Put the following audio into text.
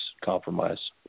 compromise